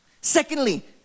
Secondly